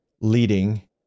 leading